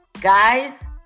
guys